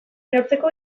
neurtzeko